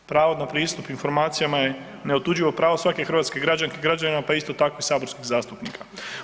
Pravo na pristup informacijama je neotuđivo pravo svake hrvatske građanke i građanina, pa isto tako i saborskog zastupnika.